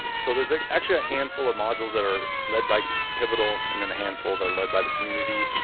so there's like actually a handful of modules that are led by pivotal and then a handful that are led by the community.